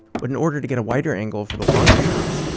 but in order to get a wider angle for the longer shots,